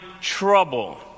trouble